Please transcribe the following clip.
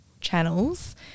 channels –